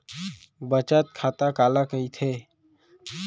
बचत खाता काला कहिथे?